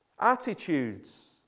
Attitudes